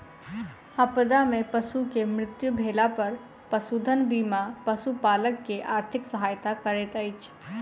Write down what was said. आपदा में पशु के मृत्यु भेला पर पशुधन बीमा पशुपालक के आर्थिक सहायता करैत अछि